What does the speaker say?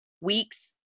weeks